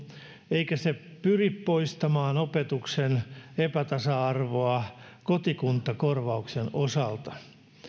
eikä se pyri poistamaan opetuksen epätasa arvoa kotikuntakorvauksen osalta